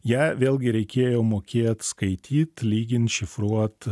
ją vėlgi reikėjo mokėt skaityt lygint šifruot